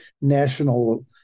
National